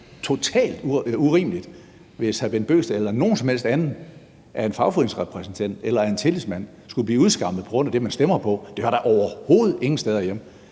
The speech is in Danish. det er totalt urimeligt, hvis hr. Bent Bøgsted eller nogen som helst anden af en fagforeningsrepræsentant eller af en tillidsmand skulle blive udskammet på grund af det parti, de stemmer på. Det hører da overhovedet ingen steder hjemme.